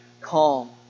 calm